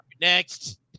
next